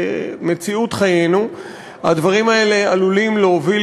במציאות חיינו הדברים האלה עלולים להוביל